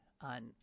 on